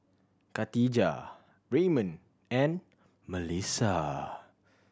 Khadijah Ramon and Mellisa